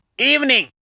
Evening